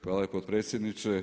Hvala potpredsjedniče.